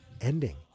ending